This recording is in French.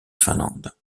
finlande